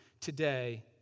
today